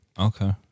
okay